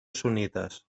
sunnites